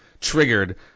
triggered